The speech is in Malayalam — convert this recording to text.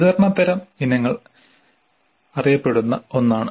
വിതരണ തരം ഇനങ്ങൾ അറിയപ്പെടുന്ന ഒന്നാണ്